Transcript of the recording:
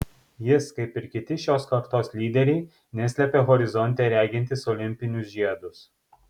jis kaip ir kiti šios kartos lyderiai neslepia horizonte regintys olimpinius žiedus